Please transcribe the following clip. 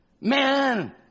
Man